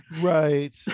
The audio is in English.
Right